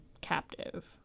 captive